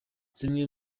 zimwe